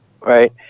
right